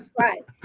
right